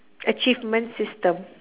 achievement system